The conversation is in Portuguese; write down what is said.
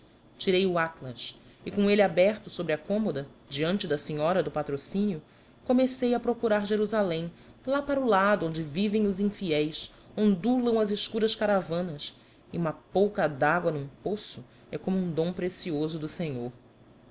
tirei o atlas e com ele aberto sobre a cômoda diante da senhora do patrocínio comecei a procurar jerusalém lá para o lado onde vivem os infiéis ondulam as escuras caravanas e uma pouca de água num poço é como um dom precioso do senhor